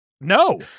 No